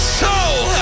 soul